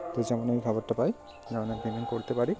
সেই জন্যই খাবারটা পাই কেননা পেমেন্টটা করতে পারি